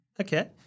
Okay